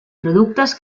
productes